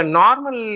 normal